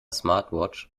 smartwatch